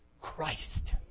Christ